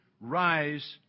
rise